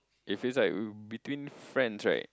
if it's like between friends right